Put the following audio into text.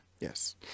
Yes